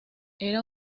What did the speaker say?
era